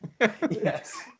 Yes